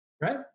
right